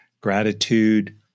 gratitude